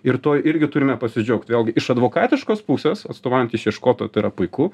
ir tuo irgi turime pasidžiaugt vėlgi iš advokatiškos pusės atstovaujant išieškotoją tai yra puiku